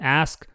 ask